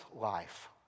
life